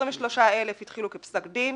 23,000 התחילו כפסק דין,